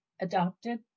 Adopted